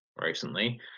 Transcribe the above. recently